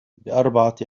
بأربعة